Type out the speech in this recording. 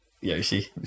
Yoshi